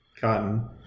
cotton